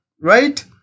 Right